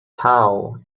tau